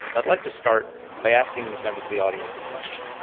i'd like to start by asking members of the audience a question.